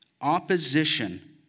opposition